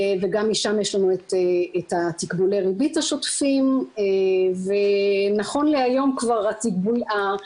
וגם משם יש לנו את תקבולי הריבית השוטפים ונכו להיום כבר האג"ח,